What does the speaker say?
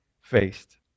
faced